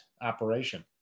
operation